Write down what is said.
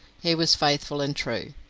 he was faithful and true.